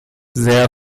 sehr